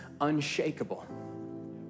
unshakable